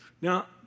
Now